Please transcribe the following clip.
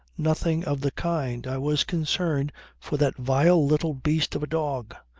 nothing of the kind. i was concerned for that vile little beast of a dog.